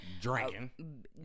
Drinking